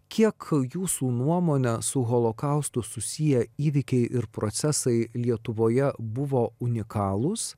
kiek jūsų nuomone su holokaustu susiję įvykiai ir procesai lietuvoje buvo unikalūs